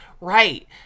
Right